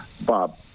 Bob